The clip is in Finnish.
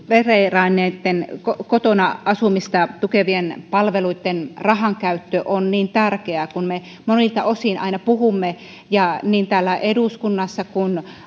veteraanien kotona asumista tukevien palveluitten rahankäyttö on niin tärkeää kun me monilta osin aina puhumme niin täällä eduskunnassa kuin